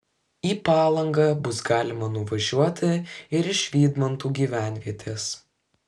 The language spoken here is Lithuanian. į palangą bus galima nuvažiuoti ir iš vydmantų gyvenvietės